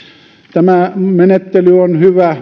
tämä menettely on hyvä